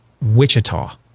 Wichita